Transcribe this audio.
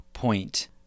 point